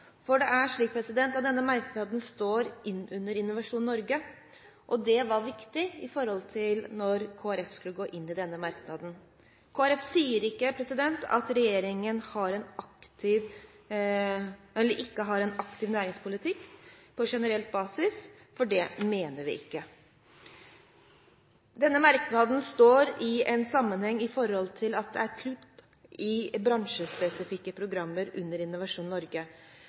for. Det er slik at denne merknaden står under Innovasjon Norge, og det var viktig for om Kristelig Folkeparti skulle gå inn i den merknaden. Kristelig Folkeparti sier ikke at regjeringen ikke har en aktiv næringspolitikk på generell basis, for det mener vi ikke. Denne merknaden står i sammenheng med at det er kutt i bransjespesifikke programmer under Innovasjon Norge.